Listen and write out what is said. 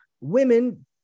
women